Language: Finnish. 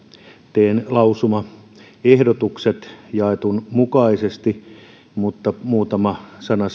teen lausumaehdotukset jaetun mukaisesti muutama sana